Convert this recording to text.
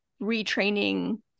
retraining